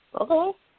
Okay